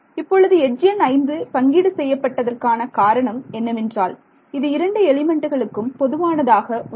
இப்பொழுது எட்ஜ் எண் 5 பங்கீடு செய்யப்பட்டதற்கான காரணம் என்னவென்றால் இது இரண்டு எலிமெண்ட்டுகளுக்கும் பொதுவானதாக உள்ளது